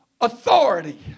authority